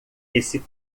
esse